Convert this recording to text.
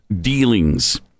dealings